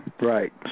right